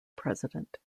president